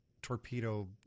torpedo